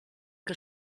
que